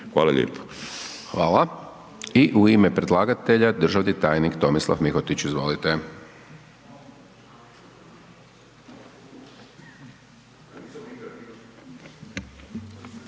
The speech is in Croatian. Siniša (SDP)** I u ime predlagatelja državni tajnik Tomislav Mihotić, izvolite.